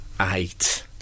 eight